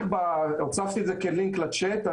הוספתי את זה כלינק לצ'אט.